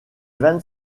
vingt